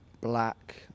black